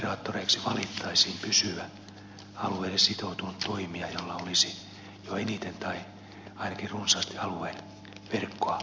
näiksi operaattoreiksi valittaisiin pysyvä alueelle sitoutunut toimija jolla olisi jo eniten tai ainakin runsaasti alueen verkkoa hallinnassaan